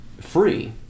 free